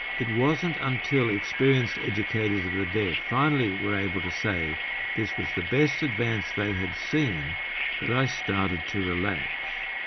it wasn't until experienced educators of the deaf ah finally were able to say this was the best advance they had seen that i started to relax.